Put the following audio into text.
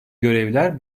görevler